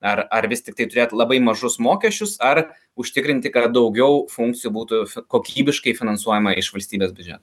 ar ar vis tiktai turėt labai mažus mokesčius ar užtikrinti kad daugiau funkcijų būtų kokybiškai finansuojama iš valstybės biudžeto